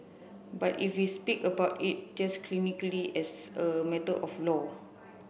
but if we speak about it just clinically as a matter of law